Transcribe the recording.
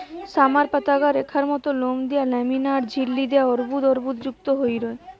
summer পাতাগা রেখার মত লোম দিয়া ল্যামিনা আর ঝিল্লি দিয়া অর্বুদ অর্বুদযুক্ত হই রয়